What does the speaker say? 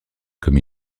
comme